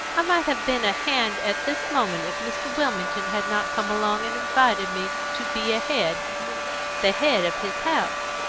i might have been a hand at this moment if mr. wilmington had not come along and invited me to be a head the head of his house.